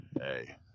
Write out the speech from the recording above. Hey